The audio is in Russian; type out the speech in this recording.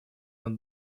над